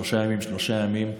שלושה ימים-שלושה ימים,